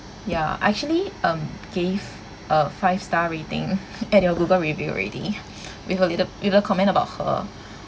ya I actually um gave a five star rating at your Google review already with a little little comment about her